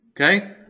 Okay